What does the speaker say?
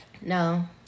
No